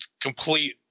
complete